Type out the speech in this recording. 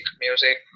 music